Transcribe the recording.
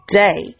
day